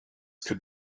could